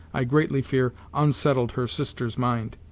i greatly fear, unsettled her sister's mind.